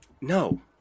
no